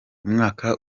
umwaka